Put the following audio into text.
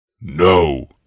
No